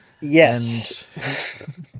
Yes